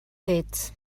fets